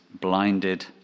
blinded